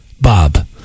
Bob